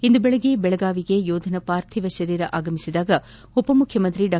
ಇಂದು ದೆಳಗ್ಗೆ ದೆಳಗಾವಿಗೆ ಯೋಧನ ಪಾರ್ಥಿವ ಶರೀರ ಆಗಮಿಸಿದಾಗ ಉಪ ಮುಖ್ಯಮಂತ್ರಿ ಡಾ